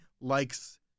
likes